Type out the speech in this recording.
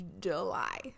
july